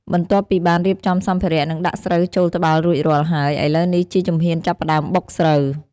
បន្ទាប់ពីបានរៀបចំសម្ភារៈ និងដាក់ស្រូវចូលត្បាល់រួចរាល់ហើយ ឥឡូវនេះជាជំហានចាប់ផ្ដើមបុកស្រូវ។